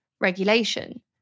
regulation